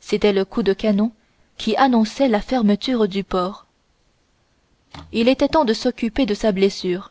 c'était le coup de canon qui annonçait la fermeture du port il était temps de s'occuper de sa blessure